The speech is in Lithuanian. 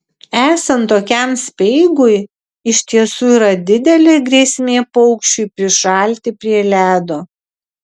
esant tokiam speigui iš tiesų yra didelė grėsmė paukščiui prišalti prie ledo